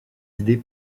idées